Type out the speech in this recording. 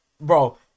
bro